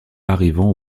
arrivant